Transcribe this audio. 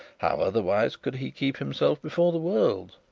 how otherwise could he keep himself before the world?